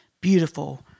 beautiful